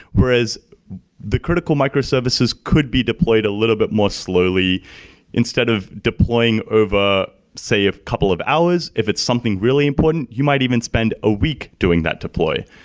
whereas the critical microservices could be deployed a little bit more slowly instead of deploying over, say, a couple of hours if it's something really important. you might even spend a week doing that deploy.